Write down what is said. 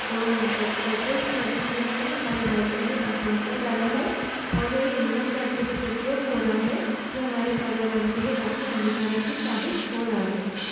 तो बढ़ पेट्रोल की बढ़ती कीमतों ने हमारे बाइक पर भी काफ़ी असर डाला है और जो ईंधन का अत्यधिक उपयोग हो रहा है ये हमारे पर्यावरण के लिए काफ़ी हानिकारक भी साबित हो रहा है